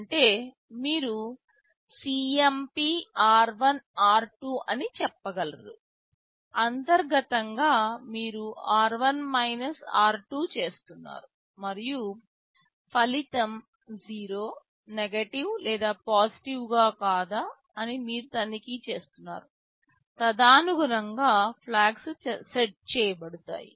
అంటే మీరు CMP r1 r2 అని చెప్పగలరు అంతర్గతంగా మీరు r1 r2 చేస్తున్నారు మరియు ఫలితం 0 నెగటివ్ లేదా పాజిటివ్ కాదా అని మీరు తనిఖీ చేస్తున్నారు తదనుగుణంగా ఫ్లాగ్లు సెట్ చేయబడతాయి